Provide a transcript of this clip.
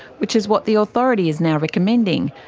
which is what the authority is now recommending.